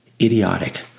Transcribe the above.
idiotic